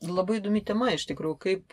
labai įdomi tema iš tikrųjų kaip